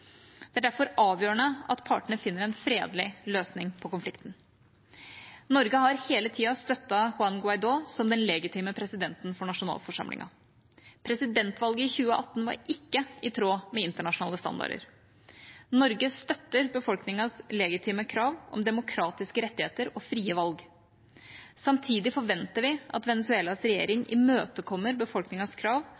Det er derfor avgjørende at partene finner en fredelig løsning på konflikten. Norge har hele tida støttet Juan Guaidó som den legitime presidenten for nasjonalforsamlingen. Presidentvalget i 2018 var ikke i tråd med internasjonale standarder. Norge støtter befolkningens legitime krav om demokratiske rettigheter og frie valg. Samtidig forventer vi at Venezuelas regjering